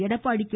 Edappadi K